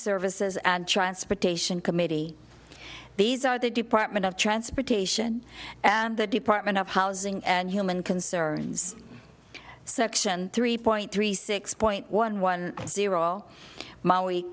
services and transportation committee these are the department of transportation and the department of housing and human concerns section three point three six point one one